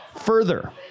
further